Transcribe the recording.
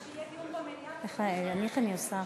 לדיון במליאה, אז מה עכשיו?